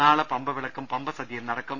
നാളെ പമ്പവിളക്കും പമ്പസദ്യയും നടക്കും